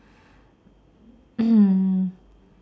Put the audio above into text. mm